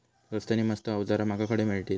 स्वस्त नी मस्त अवजारा माका खडे मिळतीत?